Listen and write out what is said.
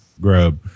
Grub